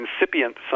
incipient